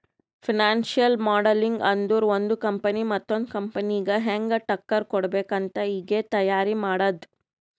financial modelling ಅಂದುರ್ ಒಂದು company ಮತ್ತೊಂದ್ ಕಂಪನಿಗ ಹ್ಯಾಂಗ್ ಟಕ್ಕರ್ ಕೊಡ್ಬೇಕ್ ಅಂತ್ ಈಗೆ ತೈಯಾರಿ ಮಾಡದ್ದ್